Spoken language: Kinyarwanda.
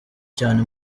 cyane